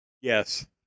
Yes